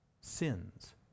sins